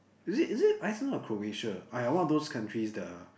is it is it Iceland or Croatia !aiya! one of those countries the